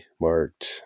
marked